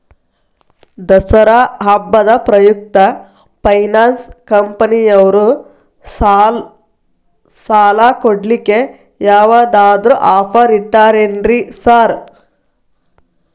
ದಸರಾ ಹಬ್ಬದ ಪ್ರಯುಕ್ತ ಫೈನಾನ್ಸ್ ಕಂಪನಿಯವ್ರು ಸಾಲ ಕೊಡ್ಲಿಕ್ಕೆ ಯಾವದಾದ್ರು ಆಫರ್ ಇಟ್ಟಾರೆನ್ರಿ ಸಾರ್?